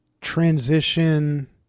transition